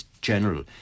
General